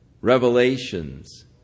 revelations